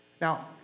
Now